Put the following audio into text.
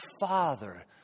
Father